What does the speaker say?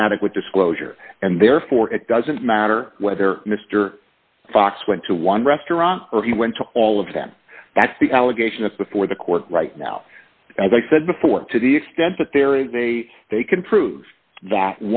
inadequate disclosure and therefore it doesn't matter whether mr fox went to one restaurant or he went to all of them that's the allegation that's before the court right now as i said before to the extent that there is a they can prove